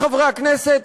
עמיתי חברי הכנסת,